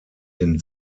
den